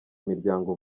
imiryango